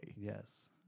Yes